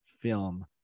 Film